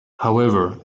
however